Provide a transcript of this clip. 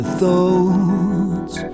thoughts